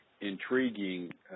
intriguing